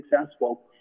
successful